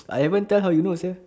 I haven't tell how you know sia